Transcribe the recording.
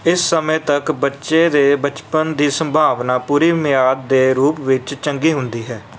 ਇਸ ਸਮੇਂ ਤੱਕ ਬੱਚੇ ਦੇ ਬਚਪਨ ਦੀ ਸੰਭਾਵਨਾ ਪੂਰੀ ਮਿਆਦ ਦੇ ਰੂਪ ਵਿੱਚ ਚੰਗੀ ਹੁੰਦੀ ਹੈ